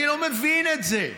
אני לא מבין את זה.